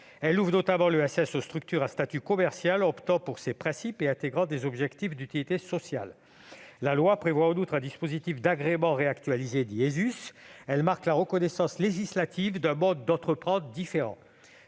Elle ouvre notamment l'ESS aux structures à statut commercial, optant pour ses principes et intégrant des objectifs d'utilité sociale. La loi prévoit en outre un dispositif d'agrément réactualisé dit « ESUS ». Elle marque la reconnaissance législative « d'un mode d'entreprendre différent